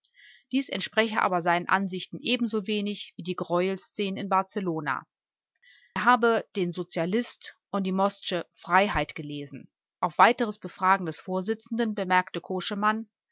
dies entspreche aber seinen ansichten ebensowenig wie die greuelszenen in barcelona er habe den sozialist und die mostsche freiheit gelesen auf weiteres befragen des vorsitzenden bemerkte koschemann